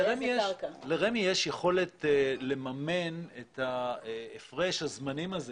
לרשות מקרקעי ישראל יש יכולת לממן את הפרש הזמנים הזה